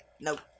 Nope